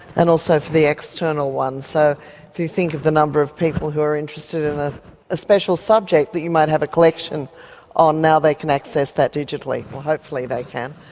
and also for the external ones. so if you think of the number of people who are interested in ah a special subject that you might have a collection on, now they can access that digitally or hopefully they can.